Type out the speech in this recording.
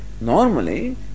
normally